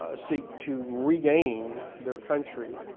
ah seek to regain their country